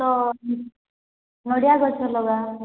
ତ ନଡ଼ିଆ ଗଛ ଲଗା